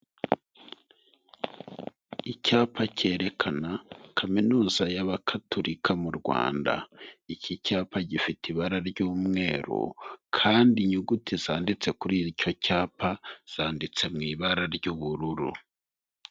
Icyapa cyerekana Kaminuza y'Abagatulika mu Rwanda. iki cyapa gifite ibara ry'umweru kandi inyuguti zanditse kuri icyo cyapa zanditse mu ibara ry'ubururu.